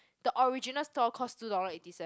the original store cost two dollar eighty cents